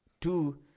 two